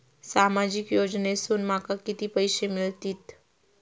सामाजिक योजनेसून माका किती पैशे मिळतीत?